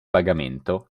pagamento